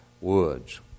Woods